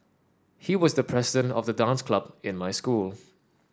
he was the president of the dance club in my school